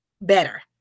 better